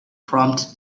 prompted